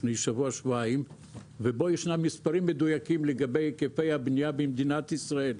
בו ישנם מספרים מדויקים לגבי היקפי הבנייה במדינת ישראל.